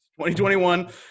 2021